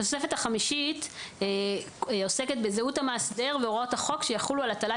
התוספת החמישית עוסקת בזהות המאסדר והוראות החוק שיחולו על הטלת